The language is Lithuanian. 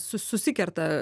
su susikerta